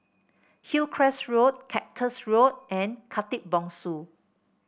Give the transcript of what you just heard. Hillcrest Road Cactus Road and Khatib Bongsu